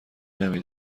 نمی